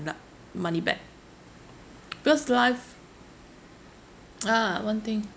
mo~ money back because life ah one thing